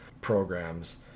programs